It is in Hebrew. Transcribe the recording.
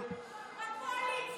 מר לפיד,